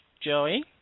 Joey